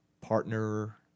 partner